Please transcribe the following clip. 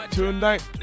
Tonight